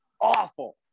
awful